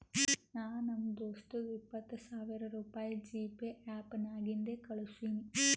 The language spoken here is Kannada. ನಾ ನಮ್ ದೋಸ್ತಗ ಇಪ್ಪತ್ ಸಾವಿರ ರುಪಾಯಿ ಜಿಪೇ ಆ್ಯಪ್ ನಾಗಿಂದೆ ಕಳುಸಿನಿ